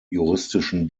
juristischen